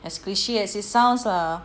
as cliche as it sounds lah